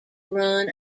run